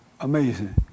amazing